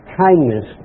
kindness